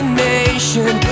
nation